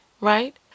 right